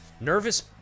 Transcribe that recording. Nervous